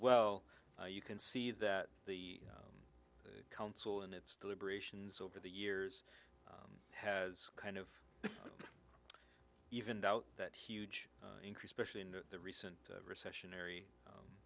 well you can see that the council in its deliberations over the years has kind of even doubt that huge increase specially in the recent recession airy